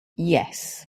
yes